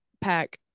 pack